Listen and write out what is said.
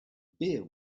beer